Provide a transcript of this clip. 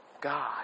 god